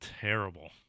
terrible